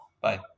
Bye